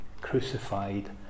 crucified